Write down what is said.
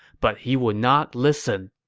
but he would not listen.